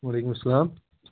وَعلیکُم سَلام